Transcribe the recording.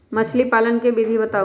मछली पालन के विधि बताऊँ?